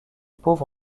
pauvre